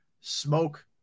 smoke